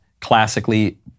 classically